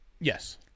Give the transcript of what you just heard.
Yes